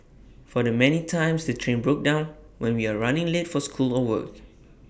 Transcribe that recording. for the many times the train broke down when we are running late for school or work